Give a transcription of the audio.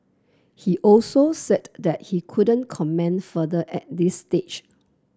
he also said that he couldn't comment further at this stage